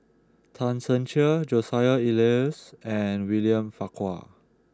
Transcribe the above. Tan Ser Cher Joseph Elias and William Farquhar